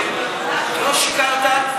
לא שיקרת.